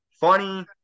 Funny